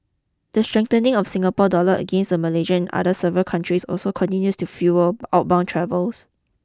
the strengthening of Singapore dollar against the Malaysian and several currencies also continues to fuel outbound travels